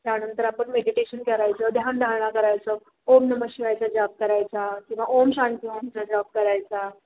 त्यानंतर आपण मेडिटेशन करायचं ध्यानधारणा करायचं ओम नमः शिवायचा जप करायचा किंवा ओम शांती ओमचा जप करायचा